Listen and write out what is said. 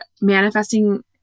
manifesting